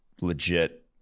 Legit